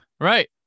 Right